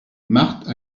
marthe